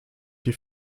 die